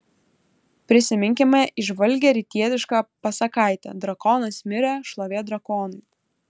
prisiminkime įžvalgią rytietišką pasakaitę drakonas mirė šlovė drakonui